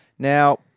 Now